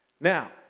Now